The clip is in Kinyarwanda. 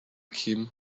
kim